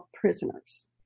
prisoners